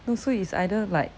no so it's either like